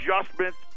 adjustments